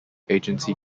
agency